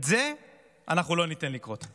לזה אנחנו לא ניתן לקרות.